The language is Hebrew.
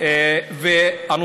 שאת מתקנת אותי.